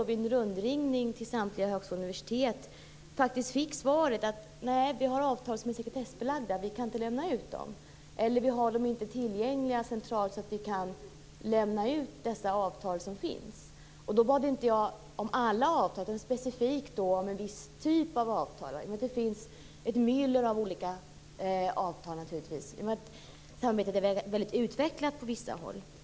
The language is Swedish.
Vid en rundringning till samtliga högskolor och universitet fick jag svaret: Nej, vi har avtal som är sekretessbelagda, vi kan inte lämna ut dem. Eller också svarade man: Nej, vi har inte de avtal som finns tillgängliga centralt så att vi kan lämna ut dem. Ändå bad inte jag om alla avtal utan specifikt om en viss typ av avtal. Det finns naturligtvis ett myller av olika avtal, samarbetet är mycket utvecklat på vissa håll.